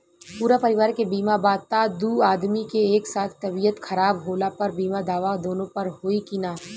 पूरा परिवार के बीमा बा त दु आदमी के एक साथ तबीयत खराब होला पर बीमा दावा दोनों पर होई की न?